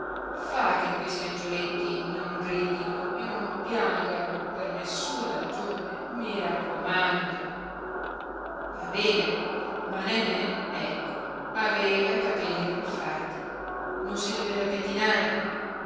fa che questi angioletti non gridino e non piangano per nessuna ragione i raccomando va bene ma nenè ecco aveva i capelli arruffati non si doveva pettinare